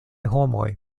homoj